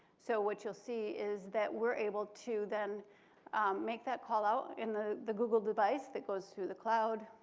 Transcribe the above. so what you'll see is that we're able to then make that callout in the the google device that goes to the cloud,